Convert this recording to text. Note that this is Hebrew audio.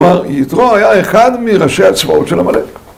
עבר יתרו היה אחד מראשי הצבאות של המלא.